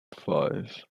five